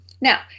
Now